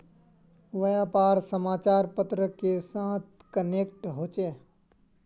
व्यापार समाचार पत्र के साथ कनेक्ट होचे?